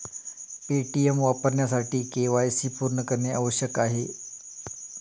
Paytm वापरण्यासाठी KYC पूर्ण करणे आवश्यक आहे